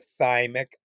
thymic